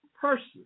person